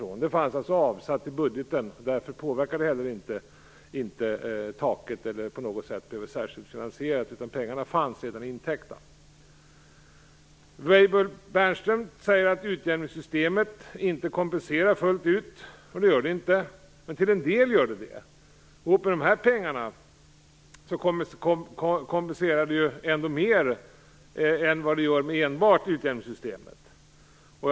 De fanns alltså redan avsatta i budgeten, och därför påverkar de inte taket och behöver inte finansieras särskilt. Weibull Bernström säger att utjämningssystemet inte kompenserar fullt ut. Nej, men det gör det till en del. Ihop med de här pengarna kompenserar det ju ändå mer än vad enbart utjämningssystemet gör.